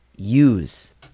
Use